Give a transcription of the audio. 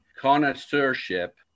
connoisseurship